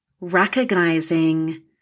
recognizing